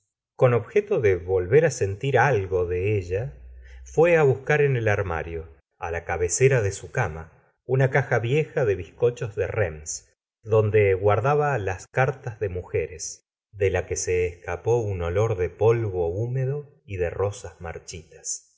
con obj eto de volver á sentir algo de ella fué á buscar en el armario á la cabecera de su cama una caja vieja de bizcochos de reims donde guar daba las cartas de mujeres de la que se escapó un olor de polvo húmedo y de rosas marchitas